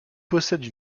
possède